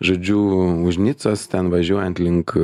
žodžiu už nicos ten važiuojant link